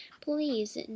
Please